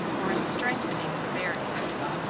or in strengthening the barricades.